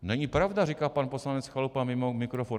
Není pravda, říká pan poslanec Chalupa mimo mikrofon.